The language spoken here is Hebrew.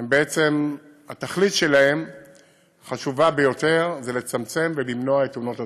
בעצם התכלית החשובה ביותר שלהם זה לצמצם ולמנוע את תאונות הדרכים.